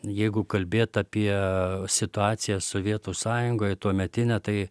jeigu kalbėt apie situaciją sovietų sąjungoje tuometinę tai